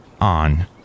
On